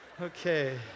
Okay